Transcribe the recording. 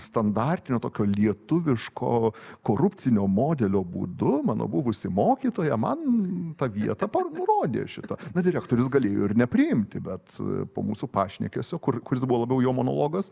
standartinio tokio lietuviško korupcinio modelio būdu mano buvusi mokytoja man tą vietą pa nurodė šita na direktorius galėjo ir nepriimti bet po mūsų pašnekesio kur kuris buvo labiau jo monologas